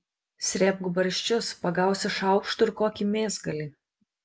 srėbk barščius pagausi šaukštu ir kokį mėsgalį